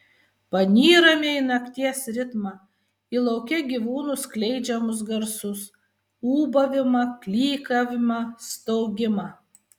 panyrame į nakties ritmą į lauke gyvūnų skleidžiamus garsus ūbavimą klykavimą staugimą